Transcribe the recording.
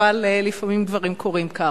אבל לפעמים דברים קורים כך.